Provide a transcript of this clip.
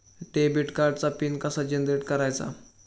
Debit कार्डचा PIN कसा generate करायचा?